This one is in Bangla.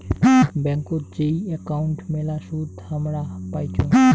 ব্যাংকোত যেই একাউন্ট মেলা সুদ হামরা পাইচুঙ